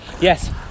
Yes